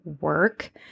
work